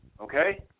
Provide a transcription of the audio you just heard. Okay